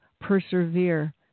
persevere